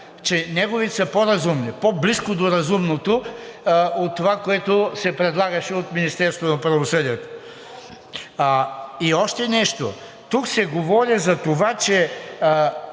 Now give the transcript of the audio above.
че неговите са по-разумни, по-близко до разумното, от това, което се предлагаше от Министерството на правосъдието. И още нещо. Тук се говори за това, че